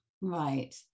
Right